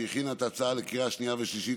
שהכינה את ההצעה לקריאה שנייה ושלישית,